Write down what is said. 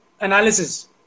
analysis